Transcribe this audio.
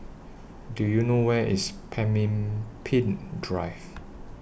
Do YOU know Where IS Pemimpin Drive